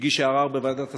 שהגישה ערר בוועדת השרים,